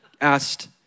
asked